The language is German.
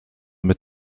mit